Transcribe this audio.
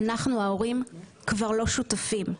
אנחנו ההורים כבר לא שותפים.